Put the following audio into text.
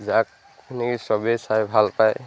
যাক মানে কি চবেই চাই ভাল পায়